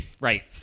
Right